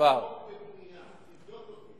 השקעות בבנייה, תבדוק אותי, לא התחלות בנייה.